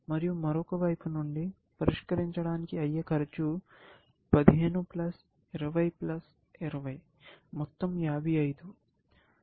మరియు మరొక వైపు నుండి పరిష్కరించడానికి అయ్యే ఖర్చు 15 20 20 55